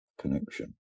connection